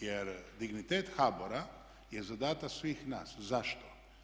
Jer dignitet HBOR-a je zadatak svih nas, zašto?